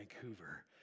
Vancouver